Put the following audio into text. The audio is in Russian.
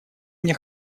мне